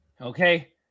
Okay